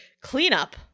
cleanup